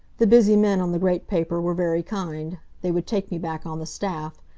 the busy men on the great paper were very kind. they would take me back on the staff.